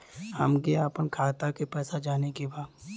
हमके आपन खाता के पैसा जाने के बा